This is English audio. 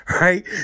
right